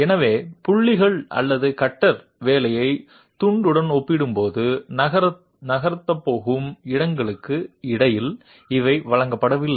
எனவே புள்ளிகள் அல்லது கட்டர் வேலை துண்டுடன் ஒப்பிடும்போது நகர்த்தப் போகும் இடங்களுக்கு இடையில் இவை வழங்கப்படவில்லை